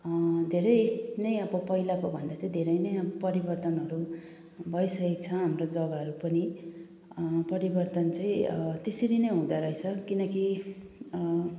धेरै नै अब पहिलाकोभन्दा चाहिँ धेरै नै अब परिवर्तनहरू भइसकेको छ हाम्रो जग्गाहरू पनि परिवर्तन चाहिँ त्यसरी नै हुँदोरहेछ किनकि